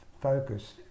focus